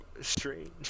strange